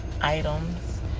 items